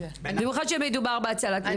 במיוחד כשמדובר בהצלת נפשות.